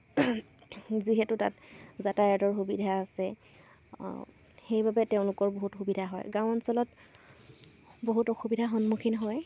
যিহেতু তাত যাতায়তৰ সুবিধা আছে সেইবাবে তেওঁলোকৰ বহুত সুবিধা হয় গাঁও অঞ্চলত বহুত অসুবিধাৰ সন্মুখীন হয়